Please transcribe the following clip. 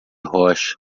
rocha